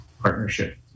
partnership